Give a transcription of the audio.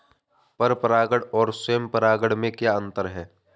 पर परागण और स्वयं परागण में क्या अंतर है?